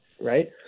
Right